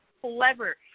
Clever